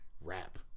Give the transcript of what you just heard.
rap